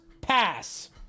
pass